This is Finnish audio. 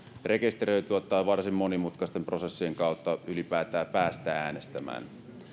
rekisteröityä tai jossa varsin monimutkaisten prosessien kautta ylipäätään päästään äänestämään